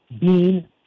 bean